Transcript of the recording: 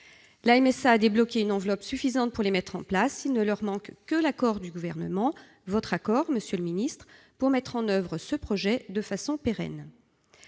La MSA a débloqué une enveloppe suffisante pour les mettre en place. Il ne leur manque que l'accord du Gouvernement, votre accord, monsieur le ministre, pour mettre en oeuvre ce projet de façon pérenne.